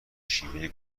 شیوه